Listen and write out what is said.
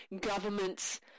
governments